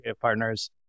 Partners